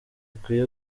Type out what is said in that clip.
ikwiye